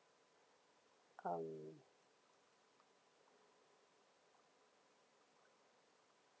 um